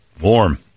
Warm